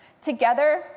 together